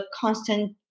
constant